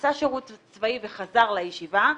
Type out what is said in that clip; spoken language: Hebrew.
עשה שירות צבאי וחזר לישיבה,